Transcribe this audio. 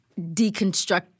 deconstruct